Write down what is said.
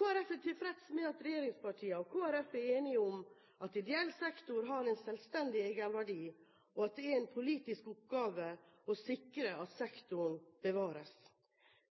Folkeparti er tilfreds med at regjeringspartiene og Kristelig Folkeparti er enige om at ideell sektor har en selvstendig egenverdi, og at det er en politisk oppgave å sikre at sektoren bevares.